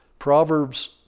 Proverbs